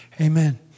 Amen